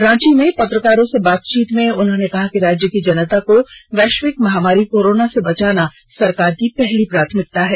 रांची में पत्रकारों से बातचीत में उन्होंने कहा कि राज्य की जनता को वैष्विक महामारी कोरोना से बचाना सरकार की पहली प्राथमिकता है